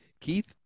Keith